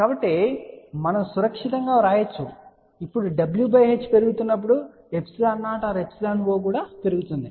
కాబట్టి మనము సురక్షితంగా వ్రాయవచ్చు ఇప్పుడు w h పెరుగుతున్నప్పుడు ε0 పెరుగుతుంది